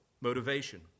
motivation